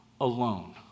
alone